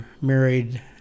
married